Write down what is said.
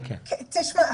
תשמע,